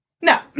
No